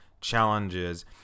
challenges